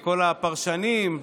מכל הפרשנים,